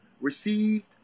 received